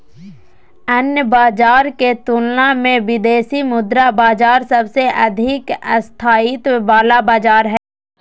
अन्य बाजार के तुलना मे विदेशी मुद्रा बाजार सबसे अधिक स्थायित्व वाला बाजार हय